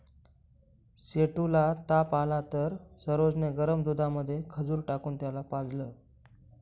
सेठू ला ताप आला तर सरोज ने गरम दुधामध्ये खजूर टाकून त्याला पाजलं